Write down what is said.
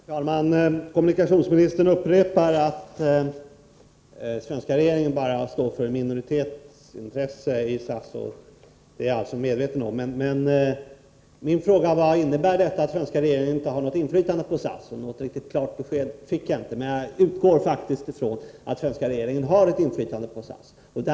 Herr talman! Kommunikationsministern upprepar att den svenska regeringen bara står för ett minoritetsintresse i SAS — det är jag också medveten om. Min fråga var: Innebär detta att den svenska regeringen inte har något inflytande på SAS? Något riktigt klart besked fick jag inte. Jag utgår faktiskt ifrån att den svenska regeringen har ett inflytande på företaget.